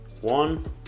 one